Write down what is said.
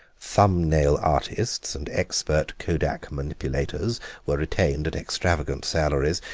thumb-nail artists and expert kodak manipulators were retained at extravagant salaries,